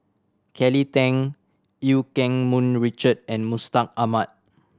Kelly Tang Eu Keng Mun Richard and Mustaq Ahmad